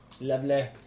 Lovely